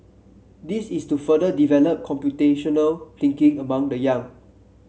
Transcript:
this is to further develop computational thinking among the young